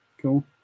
cool